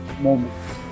moments